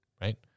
right